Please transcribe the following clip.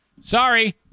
sorry